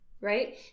right